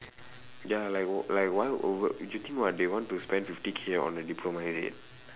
ya like like why would you think what they want to spend fifty K on a diploma is it